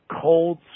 Cold